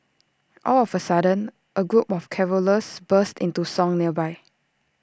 all of A sudden A group of carollers burst into song nearby